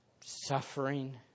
Suffering